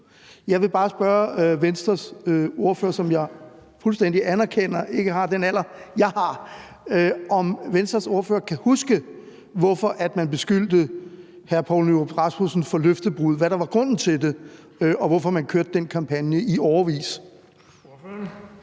Jeg vil bare spørge Venstres ordfører, som jeg fuldstændig anerkender ikke har den alder, jeg har, om Venstres ordfører kan huske, hvorfor man beskyldte hr. Poul Nyrup Rasmussen for løftebrud, altså hvad der var grunden til det, og hvorfor man kørte den kampagne i årevis.